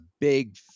big